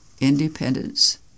independence